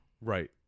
right